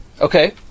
Okay